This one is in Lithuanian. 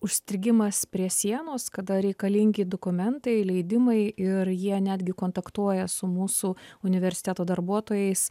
užstrigimas prie sienos kada reikalingi dokumentai leidimai ir jie netgi kontaktuoja su mūsų universiteto darbuotojais